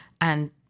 And-